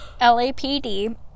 LAPD